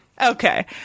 Okay